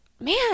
man